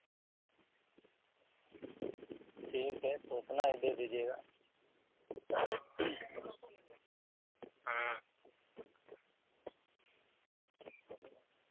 ठीक है तो उतना ही दे दिजीएगा